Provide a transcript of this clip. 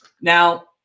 Now